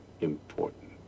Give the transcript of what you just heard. important